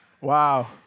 Wow